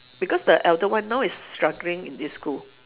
because the elder one now is struggling in this school